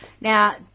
Now